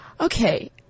Okay